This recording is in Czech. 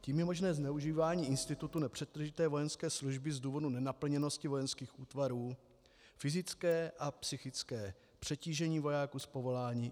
Tím je možné zneužívání institutu nepřetržité vojenské služby z důvodu nenaplněnosti vojenských útvarů, fyzické a psychické přetížení vojáků z povolání.